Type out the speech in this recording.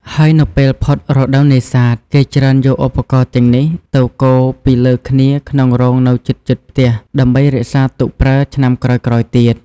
ហើយនៅពេលផុតរដូវនេសាទ គេច្រើនយកឧបរណ៍ទាំងនេះ ទៅគរពីលើគ្នាក្នុងរោងនៅជិតៗផ្ទះ ដើម្បីរក្សាទុកប្រើឆ្នាំក្រោយៗទៀត។